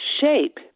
shape